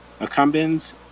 accumbens